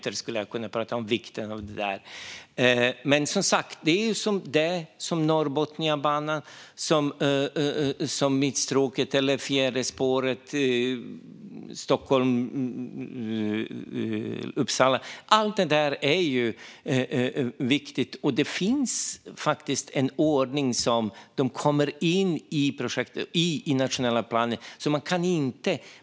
Så länge skulle jag kunna tala om vikten av detta! Men som sagt: Norrbotniabanan, Mittstråket, det fjärde spåret mellan Stockholm och Uppsala - allt det där är viktigt. Det finns en ordning som de kommer in i den nationella planen i.